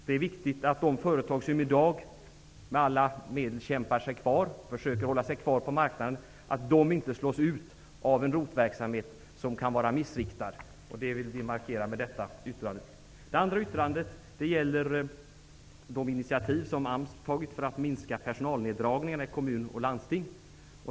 Det är viktigt att de företag som i dag med alla medel försöker hålla sig kvar på marknaden inte slås ut av en ROT verksamhet som kan vara missriktad. Det vill vi markera med detta yttrande. Det andra yttrandet gäller de initiativ som AMS tagit för att minska personalneddragningarna i kommuner och landsting.